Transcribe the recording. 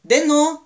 then hor